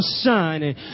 shining